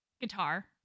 Guitar